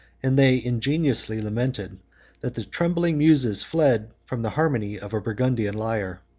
and they ingeniously lamented that the trembling muses fled from the harmony of a burgundian lyre.